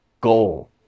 goal